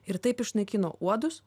ir taip išnaikino uodus